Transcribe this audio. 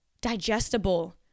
digestible